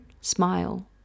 smile